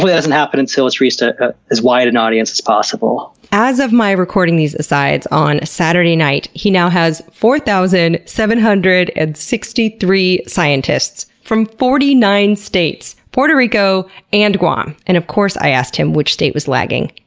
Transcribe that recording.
doesn't happen until it's reached ah as wide an audience as possible. as of my recording these asides, on saturday night, he now has four thousand seven hundred and sixty three scientists from forty nine states, puerto rico, and guam. and of course i asked him which state was lagging.